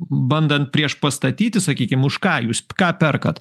bandant priešpastatyti sakykime už ką jūs ką perkat